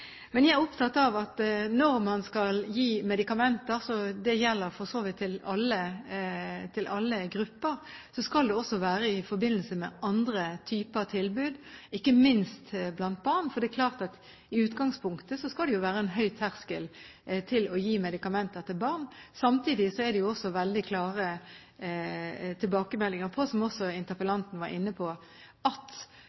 Men jeg er opptatt av at når man skal gi medikamenter, det gjelder for så vidt til alle grupper, skal det også være i forbindelse med andre typer tilbud, ikke minst blant barn, for det er klart at i utgangspunktet skal det være en høy terskel for å gi medikamenter til barn. Samtidig er det også veldig klare tilbakemeldinger på, som også